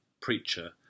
preacher